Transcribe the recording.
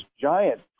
giant